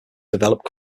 developed